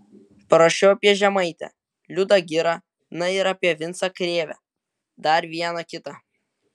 parašiau apie žemaitę liudą girą na ir apie vincą krėvę dar vieną kitą